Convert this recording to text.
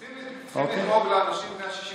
צריכים לדאוג לאנשים בני ה-67